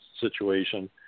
situation